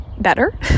better